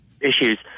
issues